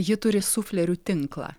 ji turi suflerių tinklą